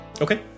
Okay